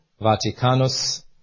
Vaticanus